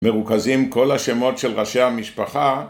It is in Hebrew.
מרוכזים כל השמות של ראשי המשפחה